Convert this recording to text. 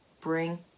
bring